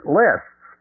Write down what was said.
lists